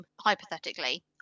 hypothetically